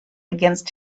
against